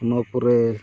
ᱱᱚᱣᱟ ᱯᱚᱨᱮ